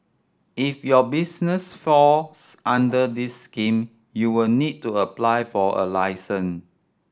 if your business falls under this scheme you will need to apply for a licence